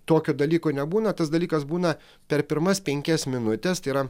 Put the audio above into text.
tokio dalyko nebūna tas dalykas būna per pirmas penkias minutes tai yra